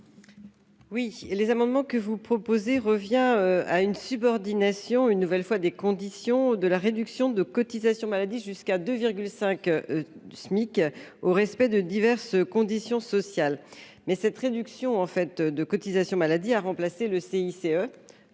Oui, les amendements que vous proposez, revient à une subordination, une nouvelle fois des conditions de la réduction de cotisations maladie jusqu'à 2 5 du SMIC au respect de diverses conditions sociales mais cette réduction en fait de cotisations maladie à remplacer le CICE